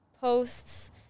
posts